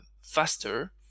faster